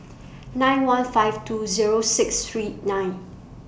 eight one five two Zero six three nine